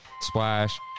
Splash